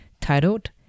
titled